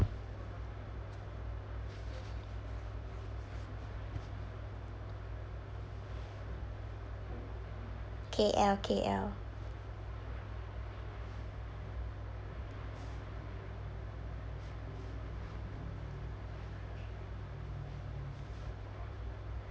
K_L K_L